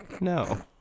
no